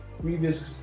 previous